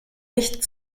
nicht